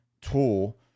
tool